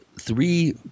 three